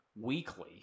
weekly